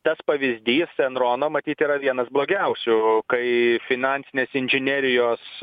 tas pavyzdys enrono matyt yra vienas blogiausių kai finansinės inžinerijos